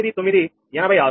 అయితే v22అసలు వచ్చి 0